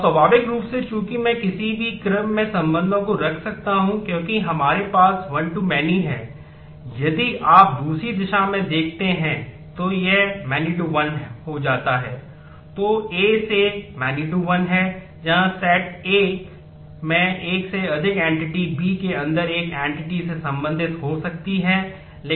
अब स्वाभाविक रूप से चूंकि मैं किसी भी क्रम में संबंधों को रख सकता हूं क्योंकि हमारे पास 1 to many हैं यदि आप दूसरी दिशा में देखते हैं तो यह many to 1 हो जाता है